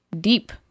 deep